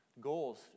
goals